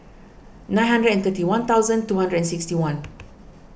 nine hundred and thirty one thousand two hundred and sixty one